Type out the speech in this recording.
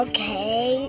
Okay